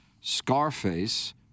Scarface